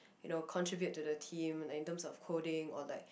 you know contribute to the team like in terms of coding or like